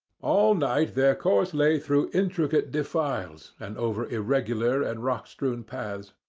all night their course lay through intricate defiles and over irregular and rock-strewn paths.